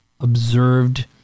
observed